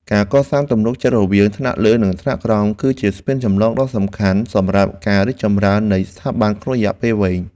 ការកសាងទំនុកចិត្តរវាងថ្នាក់លើនិងថ្នាក់ក្រោម គឺជាស្ពានចម្លងដ៏សំខាន់សម្រាប់ការរីកចម្រើននៃស្ថាប័នក្នុងរយៈពេលវែង។